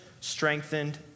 strengthened